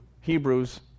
Hebrews